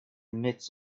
midst